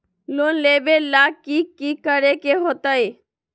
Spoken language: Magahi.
लोन लेबे ला की कि करे के होतई?